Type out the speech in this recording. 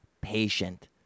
patient